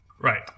Right